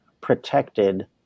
protected